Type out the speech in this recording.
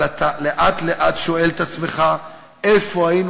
אבל אתה לאט-לאט שואל את עצמך איפה היינו